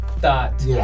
thought